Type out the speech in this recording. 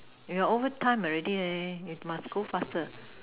you are overtime already leh you must go faster